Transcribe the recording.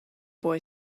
boy